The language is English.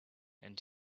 and